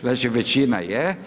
Znači, većina je.